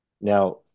Now